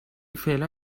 فعلا